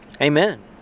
Amen